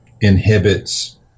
inhibits